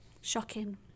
shocking